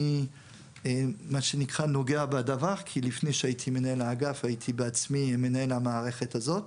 אני נוגע בדבר כי לפני שהייתי מנהל האגף הייתי בעצמי מנהל המערכת הזאת.